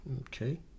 Okay